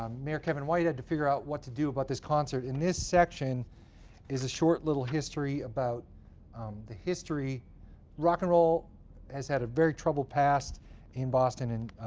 um mayor kevin white had to figure out what to do about this concert. and this section is a short little history about the history rock and roll has had a very troubled past in boston. and